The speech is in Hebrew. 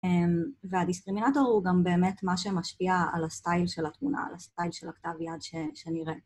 והדיסטרימינטור הוא גם באמת מה שמשפיע על הסטייל של התמונה, על הסטייל של הכתב יד שנראה.